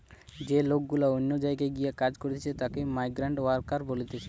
যে লোক গুলা অন্য জায়গায় গিয়ে কাজ করতিছে তাকে মাইগ্রান্ট ওয়ার্কার বলতিছে